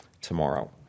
tomorrow